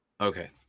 Okay